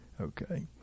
Okay